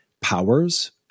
powers